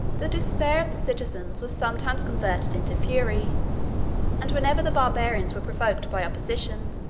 the despair of the citizens was sometimes converted into fury and whenever the barbarians were provoked by opposition,